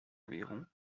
environ